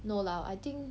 no lah I think